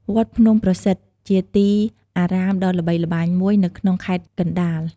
វត្តភ្នំប្រសិទ្ធ ជាទីអារាមដ៏ល្បីល្បាញមួយនៅក្នុងខេត្តកណ្ដាល។